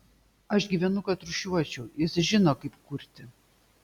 aš gyvenu kad rūšiuočiau jis žino kaip kurti